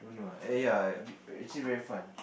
dunno ah err ya actually very fun